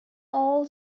all